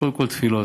קודם כול תפילות,